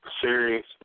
serious